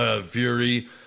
Fury